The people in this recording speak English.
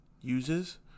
uses